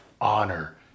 honor